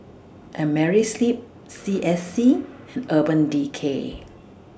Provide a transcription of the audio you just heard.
Amerisleep C S C Urban Decay